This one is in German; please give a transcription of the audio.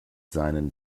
seinen